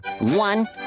One